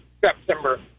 September